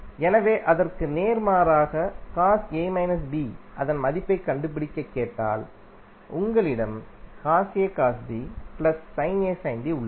எனவே அதற்கு நேர்மாறாக அதன் மதிப்பைக் கண்டுபிடிக்கக் கேட்டால் உங்களிடம் உள்ளது